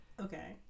Okay